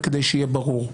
וכדי שיהיה ברור,